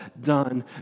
done